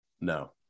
No